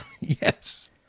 Yes